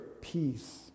peace